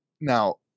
now